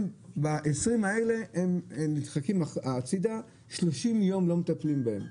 הם ה-20 האלה הם נדחקים הצידה 30 יום לא מטפלים בהם,